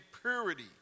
purity